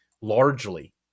largely